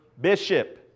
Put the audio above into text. bishop